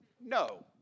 No